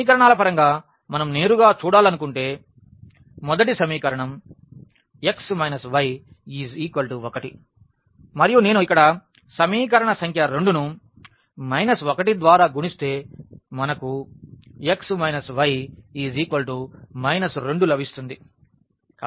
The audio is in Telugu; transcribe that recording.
సమీకరణాల పరంగా మనం నేరుగా చూడాలనుకుంటే మొదటి సమీకరణం x y 1 మరియు నేను ఇక్కడ సమీకరణం సంఖ్య 2 ను మైనస్ 1 ద్వారా గుణిస్తే మనకు x y 2 లభిస్తుంది